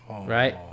Right